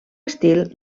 estil